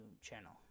channel